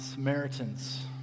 Samaritans